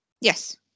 yes